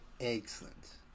Excellent